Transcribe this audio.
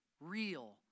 real